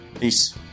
Peace